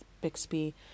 Bixby